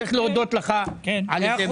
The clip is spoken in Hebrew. צריך להודות לך על זה,